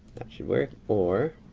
that should work. or,